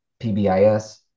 PBIS